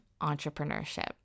entrepreneurship